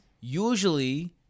usually